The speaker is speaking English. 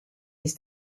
his